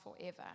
forever